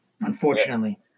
unfortunately